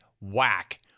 Whack